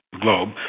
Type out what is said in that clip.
globe